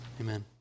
amen